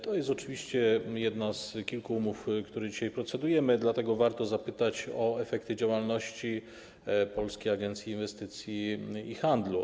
To jest oczywiście jedna z kilku umów, nad którymi dzisiaj procedujemy, dlatego warto zapytać o efekty działalności Polskiej Agencji Inwestycji i Handlu.